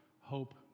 hope